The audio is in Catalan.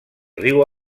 riu